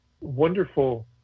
wonderful